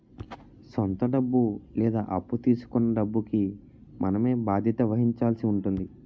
సొంత డబ్బు లేదా అప్పు తీసుకొన్న డబ్బుకి మనమే బాధ్యత వహించాల్సి ఉంటుంది